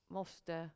måste